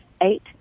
eight